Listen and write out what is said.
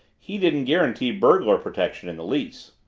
he didn't guarantee burglar protection in the lease.